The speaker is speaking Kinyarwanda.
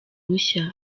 bushya